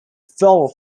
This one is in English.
full